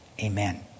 Amen